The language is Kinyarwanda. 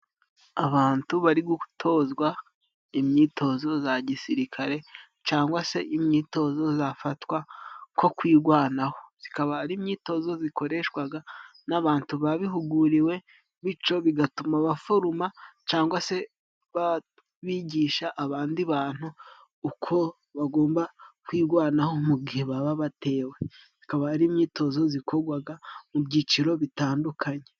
Abantu bari gutozwa imyitozo za gisirikare cangwa se imyitozo zafatwa nko kwigwanaho, zikaba ari imyitozo zikoreshwaga n'abantu babihuguriwe, bico bigatuma baforuma cangwa se bigisha abandi bantu uko bagomba kwigwanaho mu gihe baba batewe. Zikaba ari imyitozo zikogwaga mu byiciro bitandukanye.